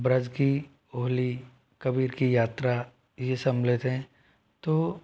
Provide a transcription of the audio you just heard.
ब्रज की होली कबीर की यात्रा ये सम्मिलित हैं तो